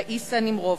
ראיסה נמירובסקי,